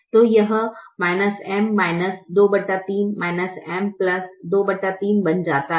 तो यह -M 23 M 23 बन जाता है